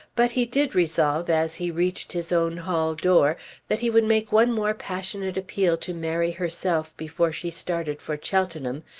but he did resolve as he reached his own hall-door that he would make one more passionate appeal to mary herself before she started for cheltenham,